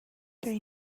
they